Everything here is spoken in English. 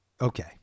Okay